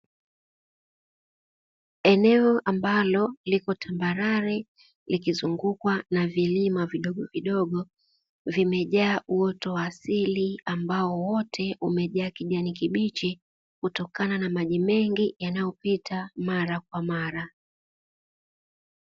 Eneo ambalo liko tambarare likizungukwa na vilima vidogovidogo, vimejaa uoto wa asili ambao wote umejaa kijani kibichi kutokana na maji mengi yanayopita mara kwa mara.